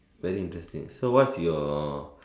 very interested so what's your